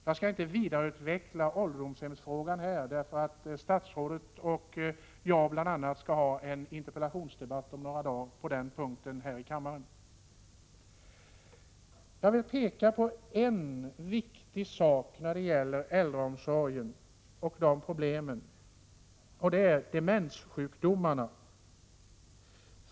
Jag skall inte nu vidareutveckla frågan om ålderdomshemmen, eftersom statsrådet och bl.a. jag om några dagar skall ha en interpellationsdebatt här i kammaren om just den frågan. Jag vill peka på en viktig sak när det gäller äldreomsorgen och problemen i det sammanhanget, nämligen demenssjukdomarna.